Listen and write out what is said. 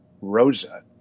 Rosa